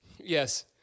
Yes